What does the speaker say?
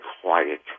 quiet